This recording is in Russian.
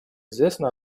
известно